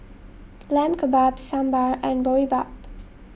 Lamb Kebabs Sambar and Boribap